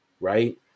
right